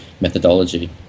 methodology